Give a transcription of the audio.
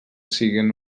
siguen